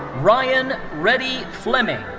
ryan reddy fleming.